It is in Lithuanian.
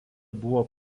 buvo